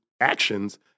actions